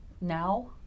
now